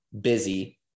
busy